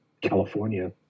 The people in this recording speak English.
California